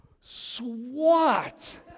SWAT